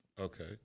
Okay